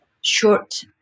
short